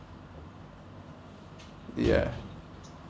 ya